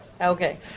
Okay